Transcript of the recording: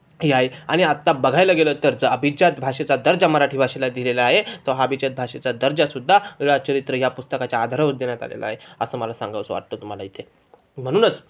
ही आहे आणि आत्ता बघायला गेलं तर जो अभिजात भाषेचा दर्जा मराठी भाषेला दिलेला आहे तो हा अभिजात भाषेचा दर्जासुद्धा लीळाचरित्र ह्या पुस्तकाच्या आधारावर देण्यात आलेला आहे असं मला सांगावं असं वाटतं तुम्हाला इथे म्हणूनच